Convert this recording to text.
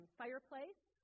fireplace